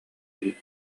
үһү